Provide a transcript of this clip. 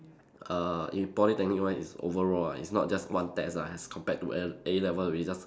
err in Polytechnic one is overall ah it's not just one test ah as compared to A A-level where you just